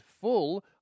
full